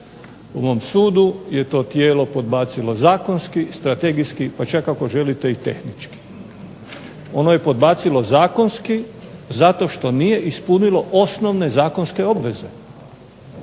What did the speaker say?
Po mom sudu je to tijelo podbacilo zakonski, strategijski, pa čak ako želite i tehnički. Ono je podbacilo zakonski zato što nije ispunilo osnovne zakonske obveze.